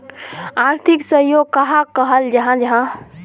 आर्थिक सहयोग कहाक कहाल जाहा जाहा?